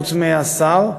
חוץ מהשר,